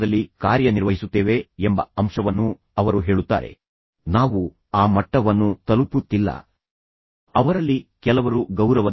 ಈಗ ಹೊರಗೆ ಹೋಗುವಾಗ ಇದು ಹಠಾತ್ ಪ್ರವೃತ್ತಿಯ ಪ್ರತಿಕ್ರಿಯೆಯಂತಿದೆ ಎಂದು ನೀವು ಅವನಿಗೆ ಹೇಳಬೇಕು ಆದರೆ ನೀವು ಅದನ್ನು ಇದು ಅಷ್ಟು ಸುಲಭವಲ್ಲ ಎಂದು ಅವನಿಗೆ ಮನವರಿಕೆ ಮಾಡಿಕೊಡಿ